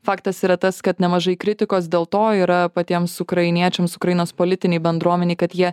faktas yra tas kad nemažai kritikos dėl to yra patiems ukrainiečiams ukrainos politinei bendruomenei kad jie